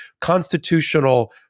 constitutional